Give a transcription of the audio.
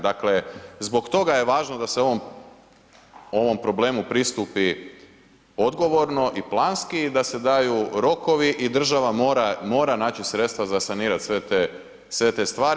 Dakle, zbog toga je važno da se ovom problemu pristupi odgovorno i planski i da se daju rokovi i država mora naći sredstva za sanirati sve te stvari.